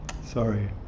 Sorry